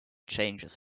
changes